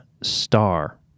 star